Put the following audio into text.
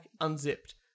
unzipped